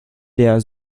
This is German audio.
der